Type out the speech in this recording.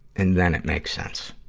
and then it makes sense.